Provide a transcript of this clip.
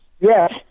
Yes